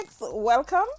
welcome